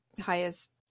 highest